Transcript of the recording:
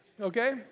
okay